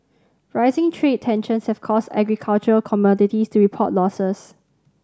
rising trade tensions have caused agricultural commodities to report losses